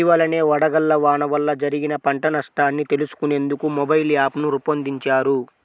ఇటీవలనే వడగళ్ల వాన వల్ల జరిగిన పంట నష్టాన్ని తెలుసుకునేందుకు మొబైల్ యాప్ను రూపొందించారు